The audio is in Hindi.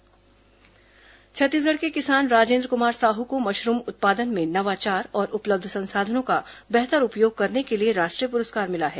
किसान सम्मान छत्तीसगढ़ के किसान राजेन्द्र कुमार साहू को मशरूम उत्पादन में नवाचार और उपलब्ध संसाधनों का बेहतर उपयोग करने के लिए राष्ट्रीय पुरस्कार मिला है